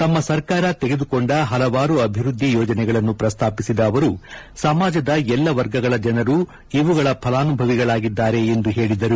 ತಮ್ಮ ಸರ್ಕಾರ ತೆಗೆದುಕೊಂಡ ಹಲವಾರು ಅಭಿವೃದ್ದಿ ಯೋಜನೆಗಳನ್ನು ಪ್ರಸ್ತಾಪಿಸಿದ ಅವರು ಸಮಾಜದ ಎಲ್ಲಾ ವರ್ಗಗಳ ಜನರು ಇವುಗಳ ಫಲಾನುಭವಿಗಳಾಗಿದ್ದಾರೆ ಎಂದು ಹೇಳಿದರು